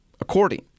according